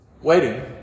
waiting